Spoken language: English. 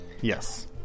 yes